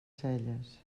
celles